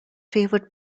favoured